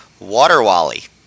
WaterWally